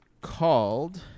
Called